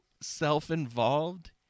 self-involved